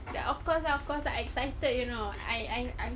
of course lah of course I excited you know I I